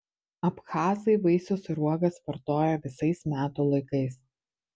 abchazai vaisius ir uogas vartoja visais metų laikais